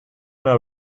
una